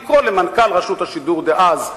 לקרוא למנכ"ל רשות השידור דאז,